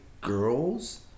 girls